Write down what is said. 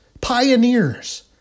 pioneers